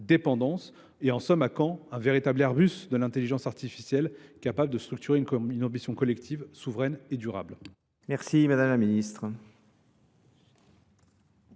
dépendance, et en somme à quand, un véritable airbus de l'intelligence artificielle capable de structurer une ambition collective souveraine et durable ? Merci Madame la Ministre.